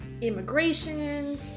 Immigration